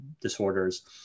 disorders